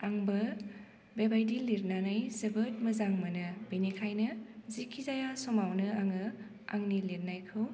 आंबो बेबायदि लिरनानै जोबोद मोजां मोनो बेनिखायनो जेखि जाया समावनो आङो आंनि लिरनायखौ